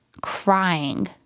crying